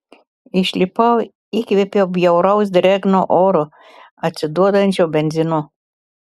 išlipau įkvėpiau bjauraus drėgno oro atsiduodančio benzinu